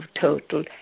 total